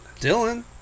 Dylan